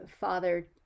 father